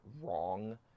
wrong